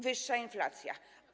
Wyższa inflacja.